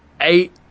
eight